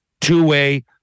two-way